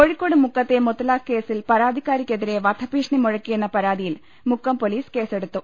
കോഴിക്കോട് മുക്കത്തെ മുത്തലാഖ് കേസിൽ പരാതിക്കാരിക്ക് എതിരെ വധഭീഷണി മുഴക്കിയെന്ന പരാതിയിൽ മുക്കം പൊലീസ് കേസെടുത്തു